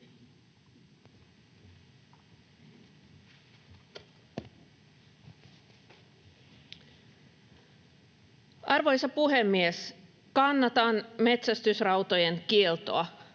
Arvoisa puhemies! Kannatan metsästysrautojen kieltoa.